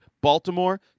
Baltimore